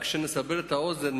רק שנסבר את האוזן,